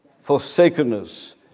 forsakenness